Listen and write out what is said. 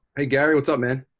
hey gary, what's up man?